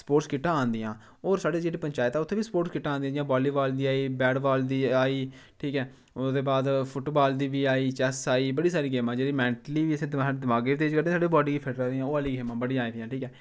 sports किट्टां आंदियां होर साढ़ी जेह्ड़ी पचांयत ऐ उत्थैं बी स्पोर्टस किट्टां आंदियां जियां बाली बाल दी आई गेई बैट बाल दी आई ठीक ऐ ओह्दे बाद फुट बाल दी बी आई चैस आई बड़ी सारी गेमां जेह्दे च मैंटली बी असेंगी साढ़े दमागै बी तेज करदे साढ़ी बाडी गी बी फिट रखदियां ओह् आह्लियां गेमां बड़ियां आई दियां ठीक ऐ